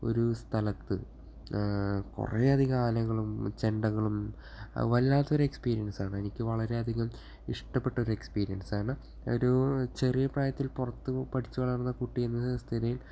ഒരു സ്ഥലത്ത് കുറെയധികം ആനകളും ചെണ്ടകളും വല്ലാത്തൊരു എക്സ്പീരിയൻസ് ആണ് എനിക്ക് വളരെയധികം ഇഷ്ടപ്പെട്ട ഒരു എക്സ്പീരിയൻസ് ആണ് ഒരു ചെറിയ പ്രായത്തിൽ പുറത്ത് പഠിച്ചു വളർന്ന കുട്ടി എന്നസ്ഥിതിയിൽ